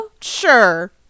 Sure